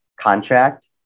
contract